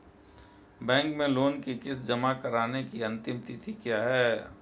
Bank में loan की किश्त जमा कराने की अंतिम तिथि क्या है?